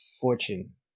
Fortune